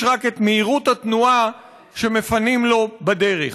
רק את מהירות התנועה כשמפנים לו את הדרך.